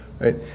Right